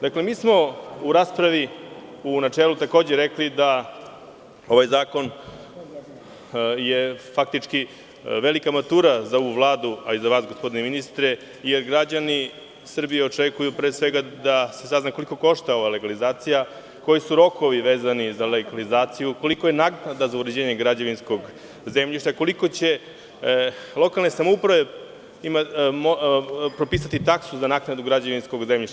Dakle, mi smo u raspravi u načelu takođe rekli da ovaj zakon je faktički velika matura za ovu vladu, a i za vas, gospodine ministre, jer građani Srbije očekuju, pre svega, da se sazna koliko košta ova legalizacija, koji su rokovi vezani za legalizaciju, kolika je naknada za uređenje građevinskog zemljišta, koliko će lokalne samouprave propisati taksu za naknadu građevinskog zemljišta.